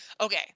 okay